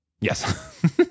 Yes